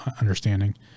understanding